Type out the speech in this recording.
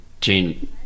gene